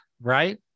right